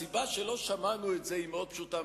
הסיבה שלא שמענו את זה היא מאוד פשוטה,